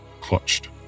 clutched